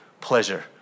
pleasure